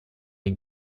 den